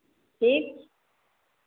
ठीक